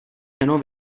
ženou